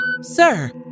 sir